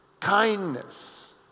kindness